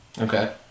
Okay